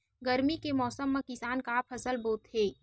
गरमी के मौसम मा किसान का फसल बोथे?